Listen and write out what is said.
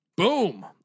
Boom